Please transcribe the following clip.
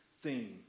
theme